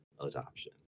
adoption